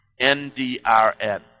NDRN